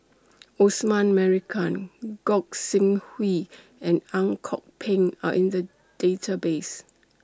Osman Merican Gog Sing Hooi and Ang Kok Peng Are in The Database